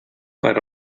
per